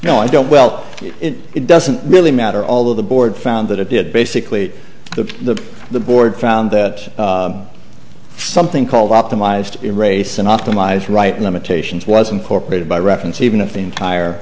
know i don't well it doesn't really matter although the board found that it did basically the the board found that something called optimized erase and optimized right limitations was incorporated by reference even if the entire